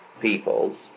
peoples